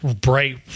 bright